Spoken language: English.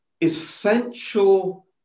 Essential